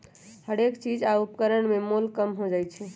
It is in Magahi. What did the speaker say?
हरेक चीज आ उपकरण में मोल कम हो जाइ छै